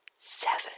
Seven